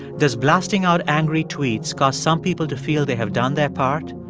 does blasting out angry tweets cause some people to feel they have done their part,